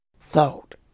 thought